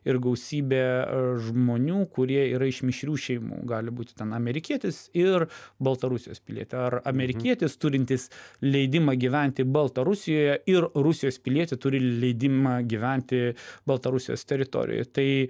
ir gausybę žmonių kurie yra iš mišrių šeimų gali būti ten amerikietis ir baltarusijos pilietė ar amerikietis turintis leidimą gyventi baltarusijoje ir rusijos pilietė turi leidimą gyventi baltarusijos teritorijoj tai